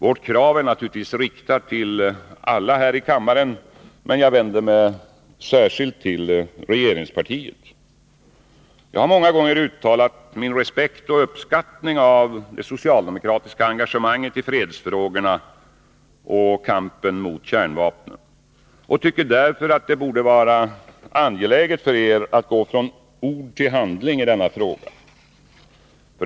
Vårt krav är naturligtvis riktat till alla här i kammaren, men jag vänder mig särskilt till regeringspartiet. Jag har många gånger uttalat min respekt för och uppskattning av det socialdemokratiska engagemanget i fredsfrågorna och kampen mot kärnvapnen. Jag tycket därför att det borde vara angeläget för er att gå från ord till handling i denna fråga.